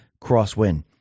crosswind